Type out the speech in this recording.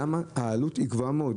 למה העלות היא גבוהה מאוד?